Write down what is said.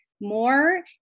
more